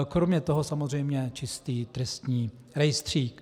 Kromě toho samozřejmě čistý trestní rejstřík.